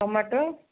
tomato